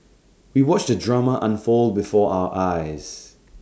we watched the drama unfold before our eyes